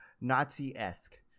Nazi-esque